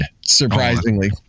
surprisingly